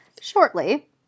Shortly